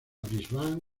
brisbane